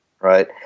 Right